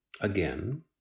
again